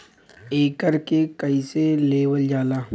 एकरके कईसे लेवल जाला?